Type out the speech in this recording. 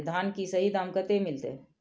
धान की सही दाम कते मिलते?